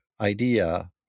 idea